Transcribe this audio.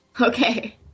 Okay